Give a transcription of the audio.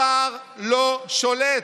השר לא שולט.